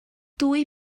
dwy